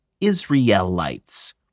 Israelites